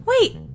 Wait